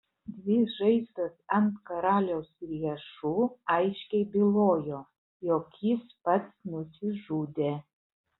dvi žaizdos ant karaliaus riešų aiškiai bylojo jog jis pats nusižudė